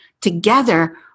together